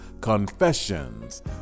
confessions